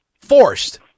Forced